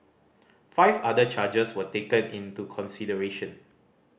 five other charges were taken into consideration